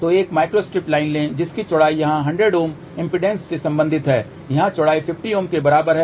तो एक microstrip line लें जिसकी चौड़ाई यहां 100 Ω इम्पीडेन्स से संबंधित है यहां चौड़ाई 50 Ω के बराबर है